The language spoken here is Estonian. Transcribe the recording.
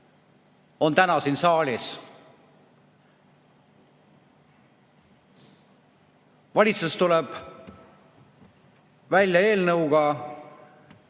on täna siin saalis. Valitsus tuleb välja eelnõuga,